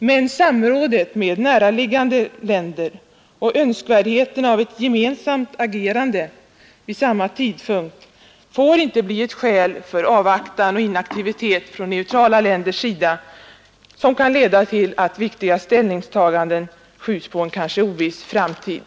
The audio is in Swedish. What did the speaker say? Men samrådet med näraliggande länder och önskvärdheten av ett gemensamt agerande vid samma tidpunkt får inte för neutrala länder bli ett skäl för avvaktan och inaktivitet, som kan leda till att viktiga ställningstaganden skjuts på en kanske oviss framtid.